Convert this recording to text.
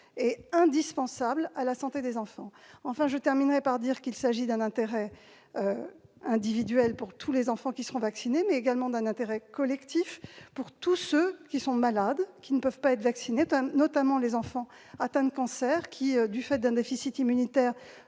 et indispensables à la santé des enfants. Enfin, je terminerai en disant qu'il s'agit d'un intérêt individuel pour tous les enfants qui sont vaccinés, mais également d'un intérêt collectif pour tous ceux qui sont malades et ne peuvent pas être vaccinés. Je pense notamment aux enfants atteints de cancer, qui, du fait d'un déficit immunitaire,